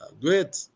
Great